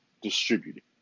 distributed